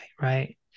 right